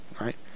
Right